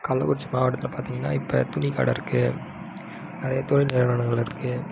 கள்ளக்குறிச்சி மாவட்டத்தில் பார்த்தீங்கன்னா இப்போ துணி கடை இருக்குது நிறையா தொழில் நிறுவனங்கள் இருக்குது